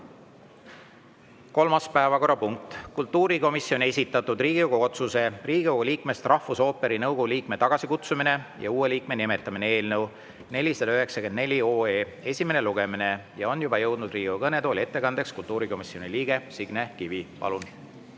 Kolmas päevakorrapunkt on kultuurikomisjoni esitatud Riigikogu otsuse "Riigikogu liikmest rahvusooperi nõukogu liikme tagasikutsumine ja uue liikme nimetamine" eelnõu 494 esimene lugemine. Ja on juba jõudnud Riigikogu kõnetooli ettekandeks kultuurikomisjoni liige Signe Kivi. Palun!